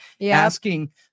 asking